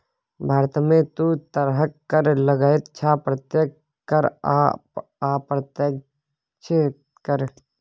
भारतमे दू तरहक कर लागैत छै प्रत्यक्ष कर आ अप्रत्यक्ष कर